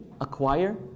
acquire